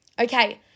Okay